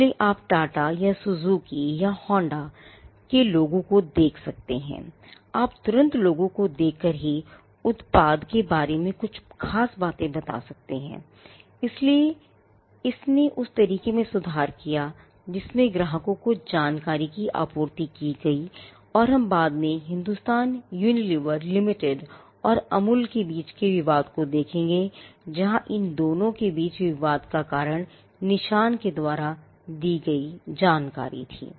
इसलिए आप टाटा और अमूल के बीच विवाद को देखेंगे जहां इन दोनों के बीच विवाद का कारण निशान के द्वारा दी गई जानकारी थी